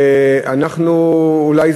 אולי,